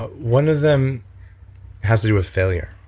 ah one of them has to do with failure.